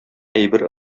әйбер